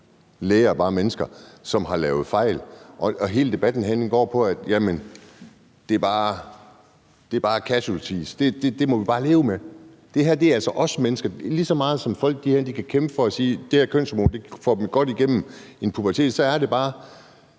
Læger er bare mennesker, som laver fejl. Hele debatten herinde går på, at det bare er casualties, og at det må vi bare leve med. Det her er altså også mennesker lige så meget som de folk herinde, der kæmper for det og siger, at de her kønshormoner får dem godt igennem puberteten. Det er bare